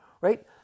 right